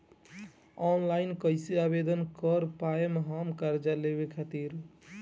Online कइसे आवेदन कर पाएम हम कर्जा लेवे खातिर?